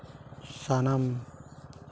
ᱥᱟᱱᱟᱢ